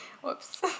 whoops